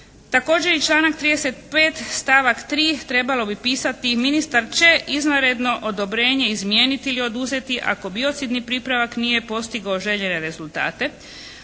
Također i članak 35. stavak 3. trebalo bi pisati: Ministar će izvanredno odobrenje izmijeniti ili oduzeti ako biocidni pripravak nije postigao željene rezultate.